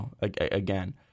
again